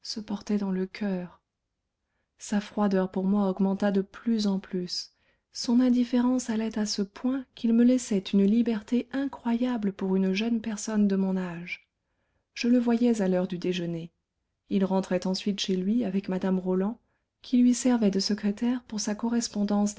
se portait dans le coeur sa froideur pour moi augmenta de plus en plus son indifférence allait à ce point qu'il me laissait une liberté incroyable pour une jeune personne de mon âge je le voyais à l'heure du déjeuner il rentrait ensuite chez lui avec mme roland qui lui servait de secrétaire pour sa correspondance